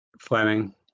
Fleming